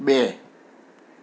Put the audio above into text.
બે